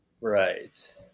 Right